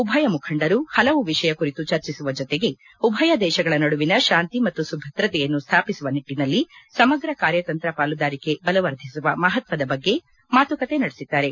ಉಭಯ ಮುಖಂಡರು ಹಲವು ವಿಷಯ ಕುರಿತು ಚರ್ಚಿಸುವ ಜತೆಗೆ ಉಭಯ ದೇಶಗಳ ನಡುವಿನ ಶಾಂತಿ ಮತ್ತು ಭದ್ರತೆಯನ್ನು ಸ್ಥಾಪಿಸುವ ನಿಟ್ಟನಲ್ಲಿ ಸಮಗ್ರ ಕಾರ್ಯತಂತ್ರ ಪಾಲುದಾರಿಕೆ ಬಲವರ್ಧಿಸುವ ಮಹತ್ವದ ಬಗ್ಗೆ ಮಾತುಕತೆ ನಡೆಸಿದ್ದಾರೆ